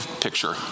picture